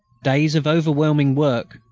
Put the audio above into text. days of overwhelming work,